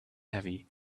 heavy